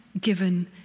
given